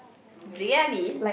briyani